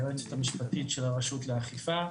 היועצת המשפטית של הרשות לאכיפה,